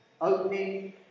opening